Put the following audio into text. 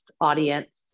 audience